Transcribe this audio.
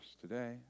today